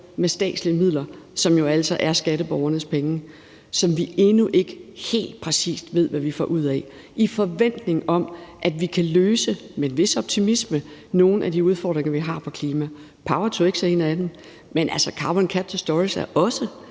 med statslige midler, som jo altså er skatteborgernes penge, og som vi endnu ikke helt præcis ved hvad vi vil få ud af, i forventning om, at vi kan løse – med en vis optimisme – nogle af de udfordringer, vi har på klimaområdet. Power-to-x er en af dem, men carbon capture and storage er altså